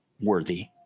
worthy